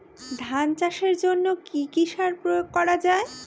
ধান চাষের জন্য কি কি সার প্রয়োগ করা য়ায়?